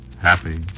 happy